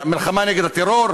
זה מלחמה נגד הטרור?